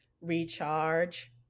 recharge